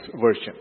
Version